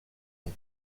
ans